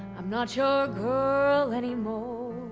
i'm not your girl anymore.